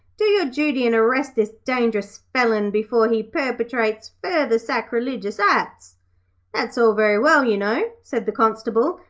do your duty and arrest this dangerous felon before he perpetrates further sacrilegious acts that's all very well, you know said the constable,